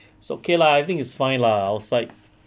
it's okay lah I think it's fine lah outside